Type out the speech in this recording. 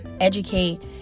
educate